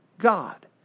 God